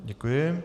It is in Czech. Děkuji.